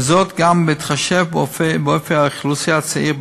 וזאת גם בהתחשב באופי האוכלוסייה הצעיר בישראל.